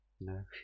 No